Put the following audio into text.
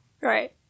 Right